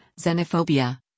xenophobia